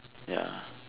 ya